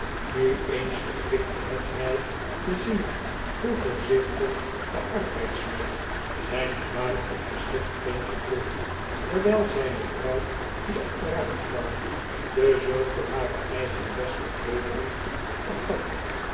nu eens verkwikte het my te zien hoe voorzichtig de arbeidsman zyn fraai opgeschikt kindje droeg terwyi zyne vrouw die achteraan kwam de zorg voor hare eigene beste kleederen vergat